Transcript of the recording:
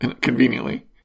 conveniently